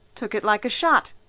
took it like a shot.